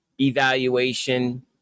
evaluation